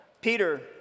Peter